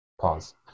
Pause